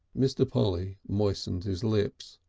mr. polly moistened his lips.